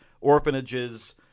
orphanages –